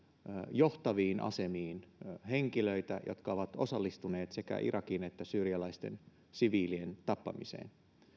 johtaviin asemiin henkilöitä jotka ovat osallistuneet sekä irakilaisten että syyrialaisten siviilien tappamiseen